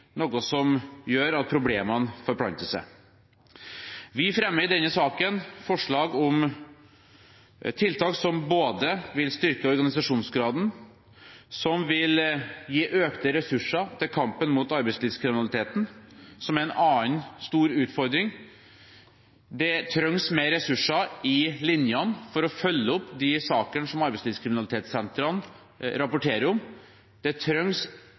noe som gjør at problemene forplanter seg. Vi fremmer i denne saken forslag om tiltak som både vil styrke organisasjonsgraden og gi økte ressurser til kampen mot arbeidslivskriminaliteten, som er en annen stor utfordring. Det trengs mer ressurser i linjene for å følge opp de sakene som arbeidslivskriminalitetssentrene rapporterer om. Det